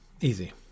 easy